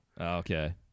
Okay